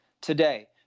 Today